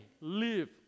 live